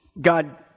God